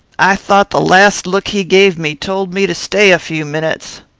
i thought the last look he gave me told me to stay a few minutes.